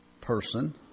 person